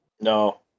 No